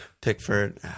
Pickford